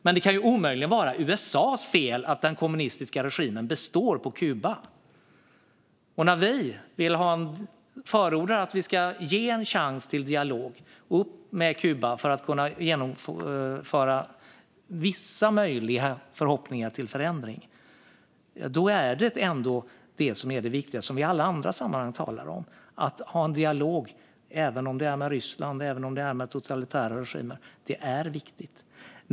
Men det kan ju omöjligen vara USA:s fel att den kommunistiska regimen i Kuba består. När vi förordar att vi ska ge en chans till dialog med Kuba med förhoppning om att viss förändring ska kunna komma till stånd är det ändå detta som är det viktiga, som vi i alla andra sammanhang talar om: att ha en dialog, även om det är med Ryssland eller andra totalitära regimer. Det är viktigt.